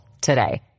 today